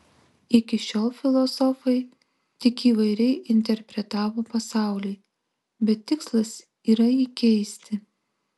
iki šiol filosofai tik įvairiai interpretavo pasaulį bet tikslas yra jį keisti